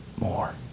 more